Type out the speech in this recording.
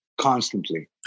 constantly